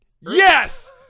yes